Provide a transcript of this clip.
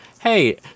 hey